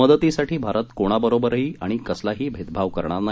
मदतीसाठी भारत कोणाबरोबरंही आणि कसलाही भेदभाव करणार नाही